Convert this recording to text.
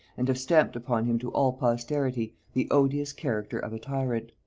and have stamped upon him to all posterity the odious character of a tyrant.